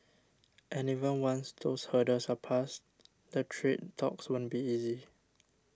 and even once those hurdles are passed the trade talks won't be easy